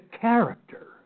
character